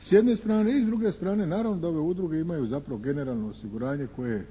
s jedne strane, i s druge strane naravno da ove udruge imaju zapravo generalno osiguranje koje je